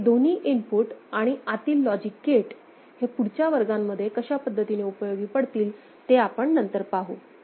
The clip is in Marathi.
हे दोन्ही इनपुट आणि आतील लॉजिक गेट हे पुढच्या वर्गांमध्ये कशा पद्धतीने उपयोगी पडतील ते आपण नंतर पाहू